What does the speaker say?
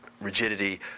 rigidity